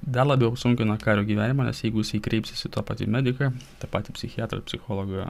dar labiau sunkina kario gyvenimą nes jeigu jisai kreipsis į tą patį mediką taip pat psichiatrą psichologą